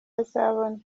azabona